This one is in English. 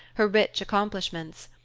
her rich accomplishments.